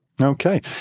Okay